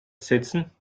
setzen